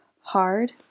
hard